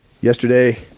Yesterday